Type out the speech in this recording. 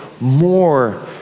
more